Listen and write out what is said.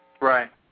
Right